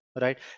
right